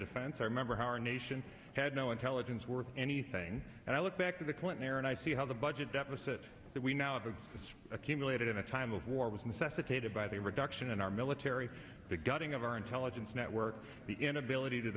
defense i remember how our nation had no intelligence worth anything and i look back to the clinton era and i see how the budget deficit that we now exist accumulated in a time of war was necessitated by the reduction in our military the gutting of our intelligence networks the inability to